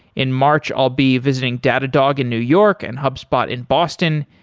in march, i'll be visiting datadog in new york and hubspot in boston.